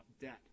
debt